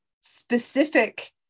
specific